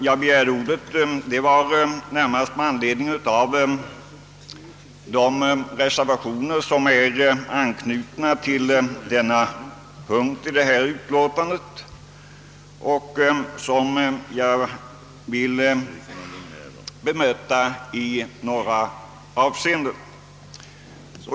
Jag begärde ordet närmast med anledning av de reservationer som är fogade vid denna punkt i detta utlåtande och som jag vill bemöta i några avseenden.